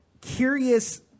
curious